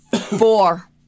Four